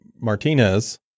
Martinez